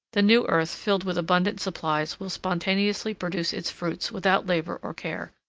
the new earth filled with abundant supplies will spontaneously produce its fruits without labor or care.